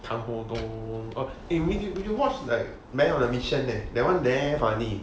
tan boo what you watch like man of the mission leh that one damn funny